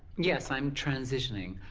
yes, i'm transitioning.